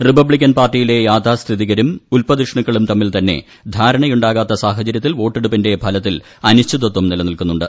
Republican പാർട്ടിയിലെ യാഥാസ്ഥിതികരും ഉല്പതിഷ്ണുക്കളും തമ്മിൽ തന്നെ ധാരണയുണ്ടാകാത്ത സാഹചര്യത്തിൽ വോട്ടെടുപ്പിന്റെ ഫലത്തിൽ അനിശ്ചിതത്വം നിലനിൽക്കുന്നുണ്ട്